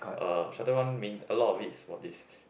uh shuttle run mean a lot of it is for this